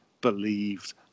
believed